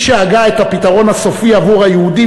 מי שהגה את "הפתרון הסופי" עבור היהודים